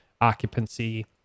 occupancy